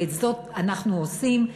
ואת זאת אנחנו עושים.